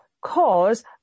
cause